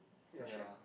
your shed